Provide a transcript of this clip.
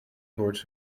towards